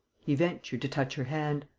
he ventured to touch her hand.